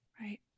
Right